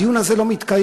הדיון הזה לא מתקיים.